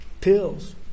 pills